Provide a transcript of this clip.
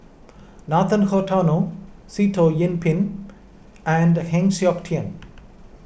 Nathan Hartono Sitoh Yih Pin and Heng Siok Tian